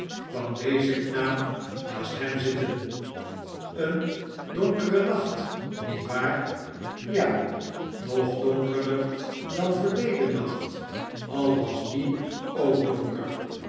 kwam deze knaap naast hem zitten een donkere nacht niet waar ja nog donkerder dan verleden nacht al was die ook donker